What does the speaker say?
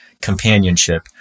companionship